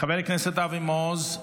חבר הכנסת אבי מעוז,